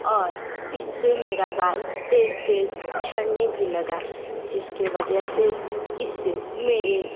और इससे मेरा बाल तेज़ तेज़ झड़ने भी लगा जिसके वजह से इससे मेरे